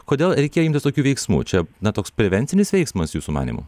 kodėl reikia imtis tokių veiksmų čia na toks prevencinis veiksmas jūsų manymu